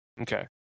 okay